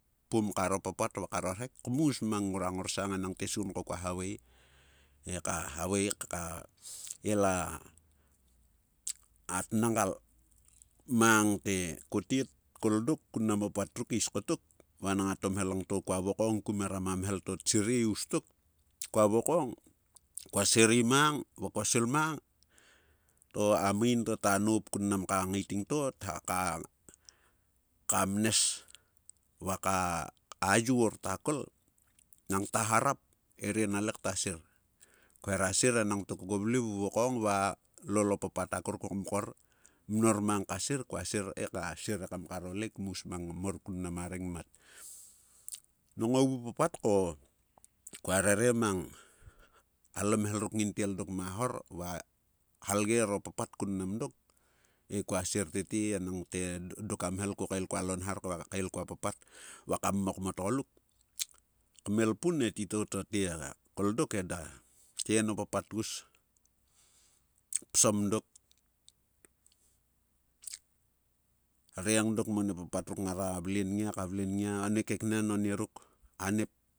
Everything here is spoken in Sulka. Pum karo papat va karo rhek, kmus mang ngora ngorsang enang tiesgun ko kua havae ekaela ka tnagal mang te kotet tkol dok kun mnam o papat ruk is kotok, vanang a tomhel langto kua vokong ku meram a mhel to tsir e us tok, kua sirei mang, va kua svil mang to a main to ta noup kun mnam ka ngaiting to, ka mnes va ka-a yor ta kol, nang ta harap, erei na le ktasir? Khuero sir enang tok ko ko vle vuvokong va lol o papat a kurukuko mkor, mnor mang ka sir, kua sire ka sir ekam karo leik kmus mang mor kun mnam a rengmat. Nang a vu papat ko kua rere mang alo mhel ruk ngintel dok ma hor va halger papat kun mnam dok, he kua sir tete enangthe dok a mhel. ko kael kualo nhar kua kael kuo papat va ka mmok mo tgoluk, kmelpun e titou to tkol dok eda. Te en o papat tgus, psom dok reng dok monie papat ruk ngara vle nngia, ka vle nngia, onie kekenen o nieruk a nie